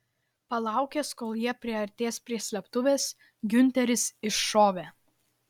palaukęs kol jie priartės prie slėptuvės giunteris iššovė